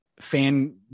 fan